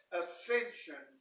ascension